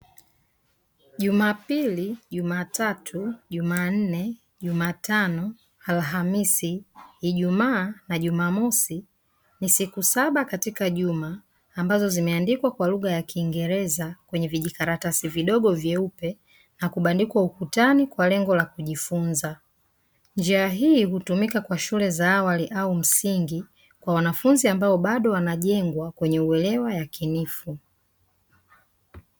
Jumapili, jumatatu, Jumanne, Jumatano, Alhamisi, Ijumaa na Jumamosi, ni siku saba katika Juma ambazo zimeandikwa kwa lugha ya Kingereza kwenye vijikaratasi vidogo vyeupe, vimebandikwa ukutani kwa lengo la kujisomea. Njia hii hutumika kwa shule za awali au msingi kwa wanafunzi ambao bado wanajengwa kwenye uelewa yakinifu.